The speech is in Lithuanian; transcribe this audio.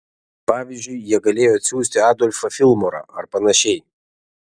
pavyzdžiui jie galėjo atsiųsti adolfą filmorą ar panašiai